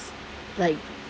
like